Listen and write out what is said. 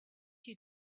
you